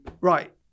right